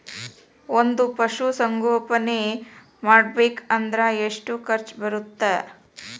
ಒಂದ್ ಪಶುಸಂಗೋಪನೆ ಮಾಡ್ಬೇಕ್ ಅಂದ್ರ ಎಷ್ಟ ಖರ್ಚ್ ಬರತ್ತ?